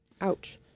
Ouch